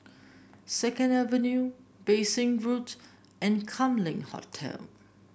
Second Avenue Bassein Road and Kam Leng Hotel